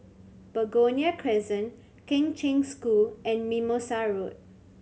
Begonia Crescent Kheng Cheng School and Mimosa Road